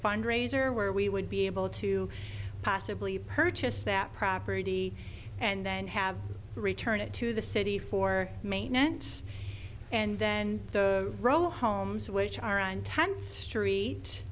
fundraiser where we would be able to possibly purchase that property and then have to return it to the city for maintenance and then the row homes which are on t